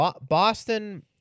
Boston